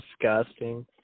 Disgusting